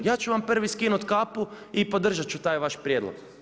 Ja ću vam prvi skinuti kapu i podržati ću taj vaš prijedlog.